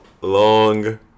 long